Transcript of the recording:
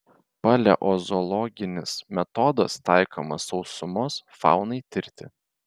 paleozoologinis metodas taikomas sausumos faunai tirti